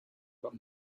but